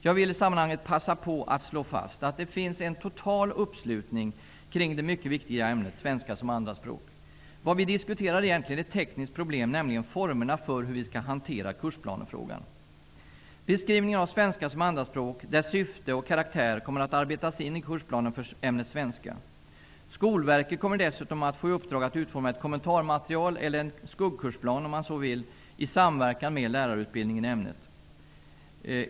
Jag vill i sammanhanget passa på att slå fast att det finns en total uppslutning kring det mycket viktiga ämnet svenska som andraspråk. Vad vi diskuterar är egentligen ett tekniskt problem, nämligen formerna för hur vi skall hantera kursplanefrågan. Beskrivningen av svenska som andraspråk, dess syfte och karaktär, kommer att arbetas in i kursplanen för ämnet svenska. Skolverket kommer dessutom att få i uppdrag att utforma ett kommentarmaterial, eller en ''skuggkursplan'' om man så vill, i samverkan med lärarutbildningen i ämnet.